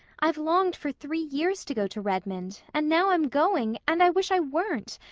i've longed for three years to go to redmond and now i'm going and i wish i weren't!